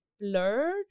blurred